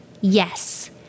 Yes